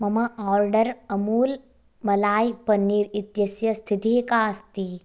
मम आर्डर् अमूल् मलाय् पन्नीर् इत्यस्य स्थितिः का अस्ति